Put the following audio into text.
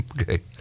Okay